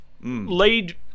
Lead